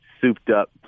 souped-up